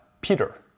Peter